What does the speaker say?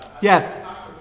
Yes